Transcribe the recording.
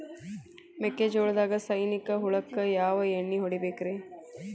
ಮೆಕ್ಕಿಜೋಳದಾಗ ಸೈನಿಕ ಹುಳಕ್ಕ ಯಾವ ಎಣ್ಣಿ ಹೊಡಿಬೇಕ್ರೇ?